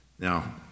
Now